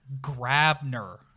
Grabner